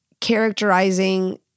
characterizing